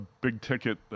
big-ticket